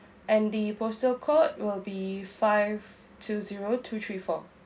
and the postal code will be five two zero two three four